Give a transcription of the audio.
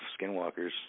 skinwalkers